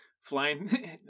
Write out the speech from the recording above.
flying